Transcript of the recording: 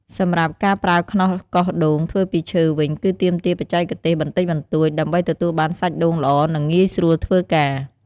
សម្រាប់ការប្រើខ្នោសកោសដូងធ្វើពីឈើវិញគឺទាមទារបច្ចេកទេសបន្តិចបន្តួច ដើម្បីទទួលបានសាច់ដូងល្អ និងងាយស្រួលធ្វើការ។